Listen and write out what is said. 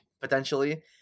potentially